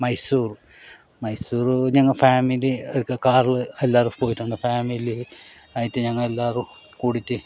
മൈസൂർ മൈസൂർ ഞങ്ങൾ ഫാമിലിയൊക്കെ കാറിൽ എല്ലാവരും പോയിട്ടുണ്ടായിരുന്നു ഫാമിലി ആയിട്ടു ഞങ്ങൾ എല്ലാവരും കൂടിയിട്ട്